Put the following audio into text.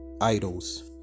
idols